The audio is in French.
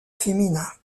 féminins